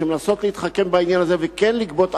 שמנסות להתחכם בעניין הזה וכן לגבות ארנונה.